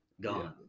gone